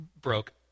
broke